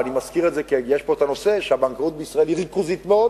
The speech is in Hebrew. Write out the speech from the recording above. ואני מזכיר את זה כי יש פה הנושא שהבנקאות בישראל היא ריכוזית מאוד,